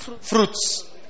Fruits